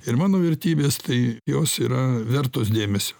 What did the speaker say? ir mano vertybės tai jos yra vertos dėmesio